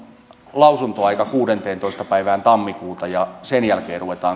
lausuntoaika kuudenteentoista päivään tammikuuta asti ja sen jälkeen ruvetaan